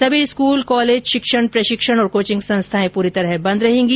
सभी school college शिक्षण प्रशिक्षण और कोचिंग संस्थाएं पूरी तरह बंद रहेगी